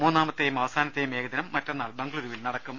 മൂന്നാമത്തെയും അവസാനത്തെയും ഏകദിനം മറ്റ ന്നാൾ ബംഗുളൂരുവിൽ നടക്കും